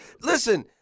listen –